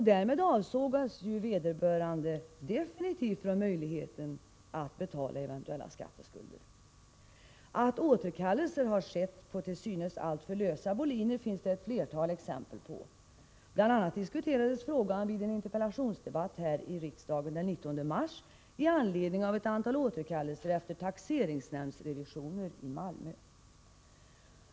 Därmed avsågas ju vederbörande definitivt från möjligheten att betala eventuella skatteskulder. Att återkallelser har skett på till synes alltför lösa boliner finns det ett flertal exempel på. Bl.a. diskuterades frågan vid en interpellationsdebatt här i riksdagen den 19 mars i anledning av ett antal återkallelser efter taxeringsnämndsrevisioner i Malmö.